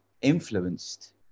influenced